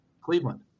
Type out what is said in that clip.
Cleveland